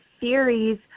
series